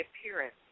appearance